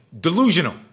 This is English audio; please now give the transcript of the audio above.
delusional